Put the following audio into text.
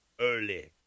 early